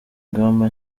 ingamba